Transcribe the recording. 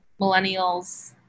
millennials